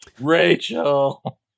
Rachel